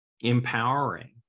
empowering